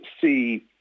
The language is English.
see